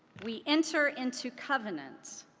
we enter into covenant,